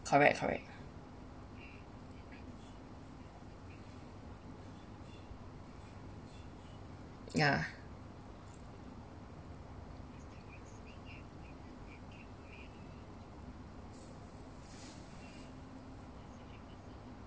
correct correct yeah